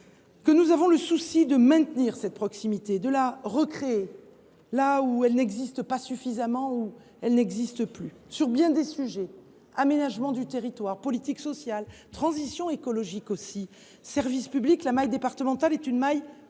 qu’il avait le souci de maintenir cette proximité et de la recréer là où elle n’existe pas suffisamment ou bien là où elle n’existe plus. Sur bien des sujets – aménagement du territoire, politique sociale, transition écologique et service public –, la maille départementale est une maille pertinente,